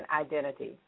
Identity